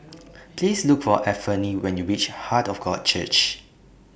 Please Look For Anfernee when YOU REACH Heart of God Church